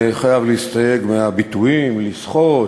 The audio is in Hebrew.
חייב להסתייג מאמירת הביטויים "לסחוט",